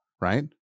right